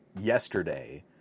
yesterday